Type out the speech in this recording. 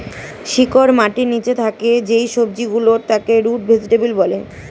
শিকড় মাটির নিচে থাকে যেই সবজি গুলোর তাকে রুট ভেজিটেবল বলে